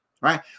right